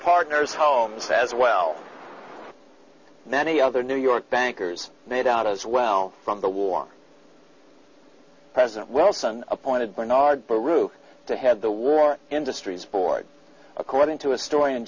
partners homes as well many other new york bankers made out as well from the war president wellstone appointed bernard baruch to head the war industries board according to a stor